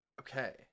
Okay